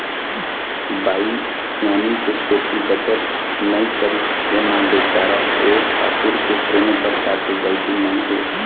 बाई सियानी के सेती बचत नइ करिस ऐमा बिचारा ओ ठाकूर के कोनो परकार के गलती नइ हे